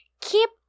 Keep